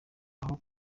aho